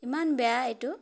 ইমান বেয়া এইটো